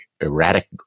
erratic